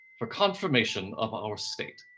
for confirmation of our state,